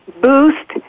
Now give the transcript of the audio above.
boost